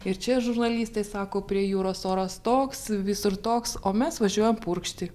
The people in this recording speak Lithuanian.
ir čia žurnalistai sako prie jūros oras toks visur toks o mes važiuoja purkšti